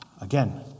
again